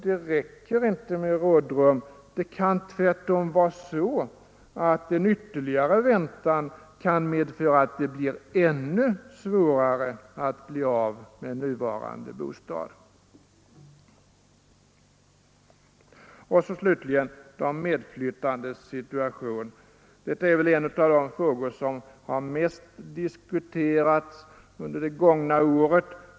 Det räcker inte med rådrum, herr statsråd, det kan tvärtom vara så att en ytterligare väntan kan medföra att det blir ännu svårare att bli av med nuvarande bostad. Och slutligen de medflyttandes situation. Det är en av de frågor som mest har diskuterats under det gångna året.